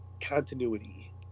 continuity